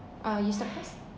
ah you start first